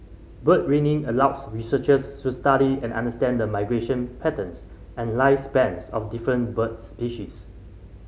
bird ringing allows researchers study and understand migration patterns and lifespan of different bird species